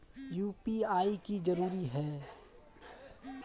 UPI की जरूरी है?